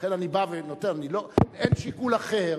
לכן אני בא ונותן, אני לא, אין שיקול אחר.